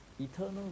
eternal